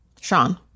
Sean